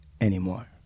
anymore